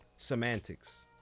Semantics